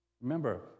Remember